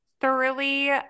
thoroughly